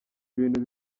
ibintu